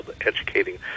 educating